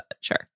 Sure